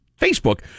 facebook